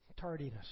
tardiness